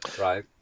right